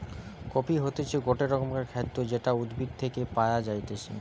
coffee হতিছে গটে রকমের খাদ্য যেটা উদ্ভিদ থেকে পায়া যাইতেছে